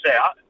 out